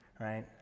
right